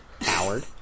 Howard